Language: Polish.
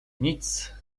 nic